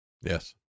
Yes